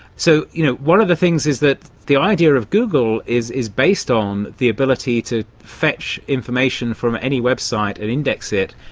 so you know one of the things is that the idea of google is is based on the ability to fetch information from any website and index it,